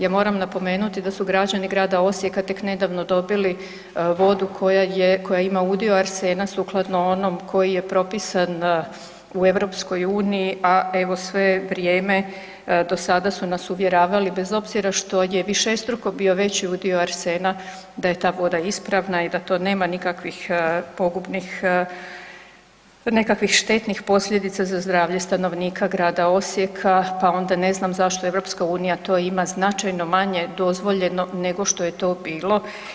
Ja moram napomenuti da su građani Grada Osijeka tek nedavno dobili vodu koja ima arsena sukladno onom koji je propisan u EU, a evo sve vrijeme do sada su nas uvjeravali bez obzira što je višestruko bio veći udio arsena da je ta voda ispravna i da to nema nikakvih pogubnih, nekakvih štetnih posljedica za zdravlje stanovnika Grada Osijeka, pa onda ne znam zašto EU to ima značajno manje dozvoljeno nego što je to bilo.